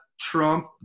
Trump